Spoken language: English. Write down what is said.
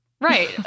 Right